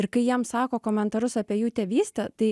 ir kai jiems sako komentarus apie jų tėvystę tai